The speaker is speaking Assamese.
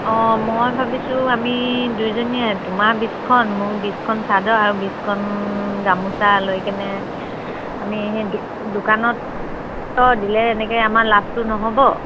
অঁ মই ভাবিছোঁ আমি দুয়জনীয়ে তোমাৰ বিশখন মোৰ বিশখন চাদৰ আৰু বিশখন গামোচা লৈ কেনে আমি সেই দোকানত দিলে এনেকৈ আমাৰ লাভটো নহ'ব